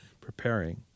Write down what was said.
preparing